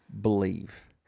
Believe